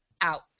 Out